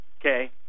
okay